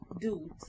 dudes